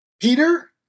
Peter